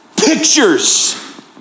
pictures